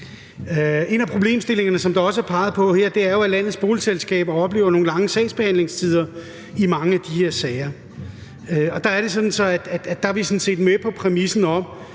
En af problemstillingerne, som der også er peget på her, er jo, at landets boligselskaber oplever nogle lange sagsbehandlingstider i mange af de her sager, og der er vi sådan set med på præmissen om,